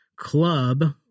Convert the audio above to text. Club